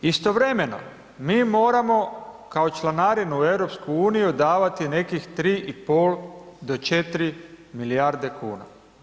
Istovremeno, mi moramo kao članarinu u EU davati nekih 3,5 do 4 milijarde kuna.